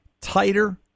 tighter